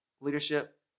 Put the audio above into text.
leadership